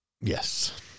Yes